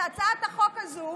את הצעת החוק הזאת